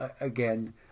again